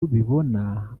bibona